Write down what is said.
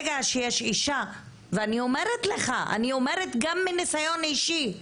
אני אומרת גם מניסיון אישי.